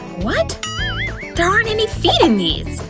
what? there aren't any feet in these!